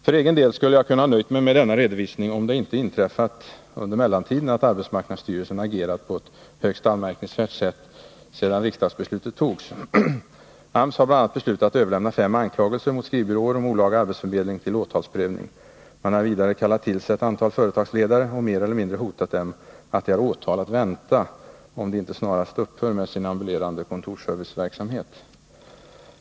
För egen del skulle jag ha kunnat nöja mig med denna redovisning, om det 131 inte inträffat att arbetsmarknadsstyrelsen agerat på ett högst anmärkningsvärt sätt under mellantiden sedan riksdagsbeslutet fattades. AMS har bl.a. beslutat att överlämna fem anklagelser mot skrivbyråer om ”olaga arbetsförmedling” till åtalsprövning. Man har vidare kallat till sig ett antal företagsledare och mer eller mindre hotat dem med att de har åtal att vänta om de inte snarast upphör med sin ambulerande kontorsserviceverksamhet.